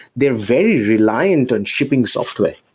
they're very reliant on shipping software,